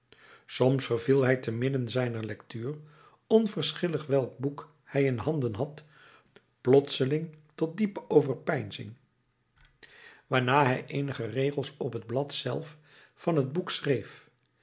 soms verviel hij temidden zijner lectuur onverschillig welk boek hij in handen had plotseling tot diepe overpeinzing waarna hij eenige regels op het blad zelf van het boek schreef